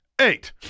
Eight